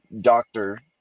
doctor